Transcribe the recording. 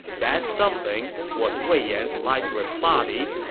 that something was wei yan's lifeless body,